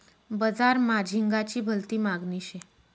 बजार मा झिंगाची भलती मागनी शे